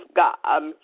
god